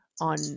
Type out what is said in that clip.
on